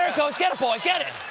goes! get it, boy, get it!